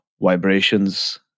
vibrations